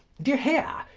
d'ye hear,